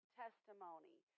testimony